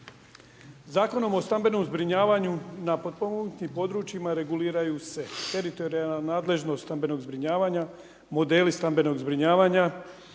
Zakonom o stambenom zbrinjavanju na potpomognutim područjima reguliraju se teritorijalna nadležnost stambenog zbrinjavanja, modeli stambenog zbrinjavanja,